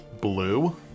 Blue